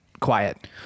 quiet